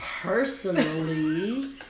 personally